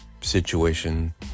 situation